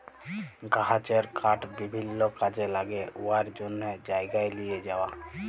গাহাচের কাঠ বিভিল্ল্য কাজে ল্যাগে উয়ার জ্যনহে জায়গায় লিঁয়ে যাউয়া